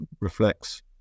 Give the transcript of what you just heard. reflects